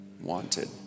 wanted